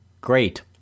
Great